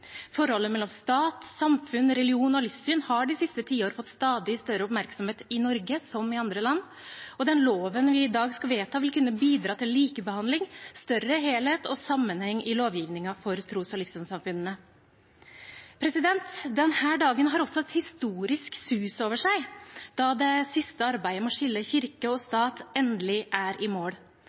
Forholdet mellom stat, samfunn, religion og livssyn har de siste tiår fått stadig større oppmerksomhet i Norge, som i andre land, og den loven vi i dag skal vedta, vil kunne bidra til likebehandling og større helhet og sammenheng i lovgivningen for tros- og livssynssamfunnene. Denne dagen har også et historisk sus over seg, da det siste arbeidet med å skille kirke og stat endelig er i mål.